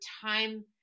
time